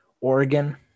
Oregon